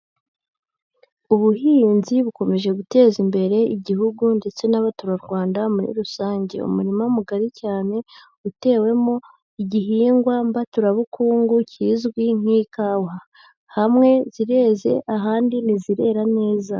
Ubuhinzi bukomeje guteza imbere Igihugu ndetse n'abaturarwanda muri rusange, umurima mugari cyane utewemo igihingwa mbaturabukungu kizwi nk'ikawa hamwe zireze ahandi ntizirera neza.